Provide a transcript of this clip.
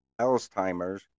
Alzheimer's